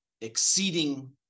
exceeding